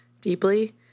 deeply